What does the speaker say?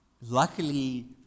luckily